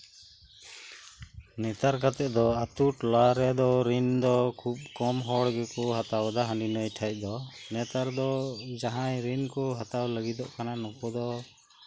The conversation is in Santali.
ᱱᱮᱛᱟᱨ ᱠᱟᱛᱮᱫ ᱫᱚ ᱟᱹᱛᱩ ᱴᱚᱞᱟᱨᱮ ᱫᱚ ᱨᱤᱱ ᱫᱚ ᱠᱷᱩᱵ ᱠᱚᱢ ᱦᱚᱲ ᱜᱮᱠᱚ ᱦᱟᱛᱟᱣᱫᱟ ᱦᱟᱱᱤ ᱱᱟᱹᱭ ᱴᱷᱮᱡ ᱫᱚ ᱱᱮᱛᱟᱨ ᱫᱚ ᱡᱟᱸᱦᱟᱭ ᱨᱤᱱ ᱠᱚ ᱦᱟᱛᱟᱣ ᱞᱟᱹᱜᱤᱫᱚᱜ ᱠᱟᱱᱟ ᱱᱩᱠᱩ ᱫᱚ